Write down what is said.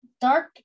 dark